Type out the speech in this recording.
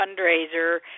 fundraiser